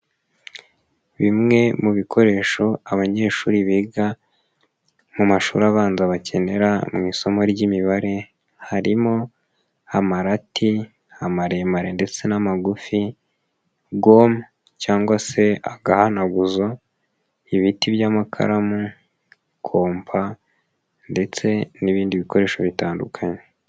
Bimwe mu bikoresho abanyeshuri biga mu mashuri abanza bakenera mu isomo ry'imibare, harimo amararati, amaremare ndetse n'amagufi, gome cyangwa se agahanaguzo, ibiti by'amakaramu, kompa ndetse n'ibindi bikoresho bitandukanye.